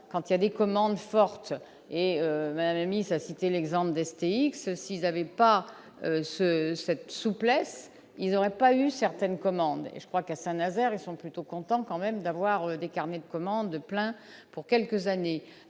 quand il y a des commandes forte et miss a cité l'exemple d'STX s'ils avaient pas ce cette souplesse, ils auraient pas eu certaines commandes et je crois qu'à Saint-Nazaire et sont plutôt contents quand même d'avoir des carnets de commandes pleins pour quelques années